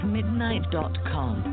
Midnight.com